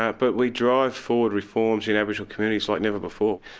ah but we drive forward reforms in aboriginal communities like never before.